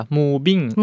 Moving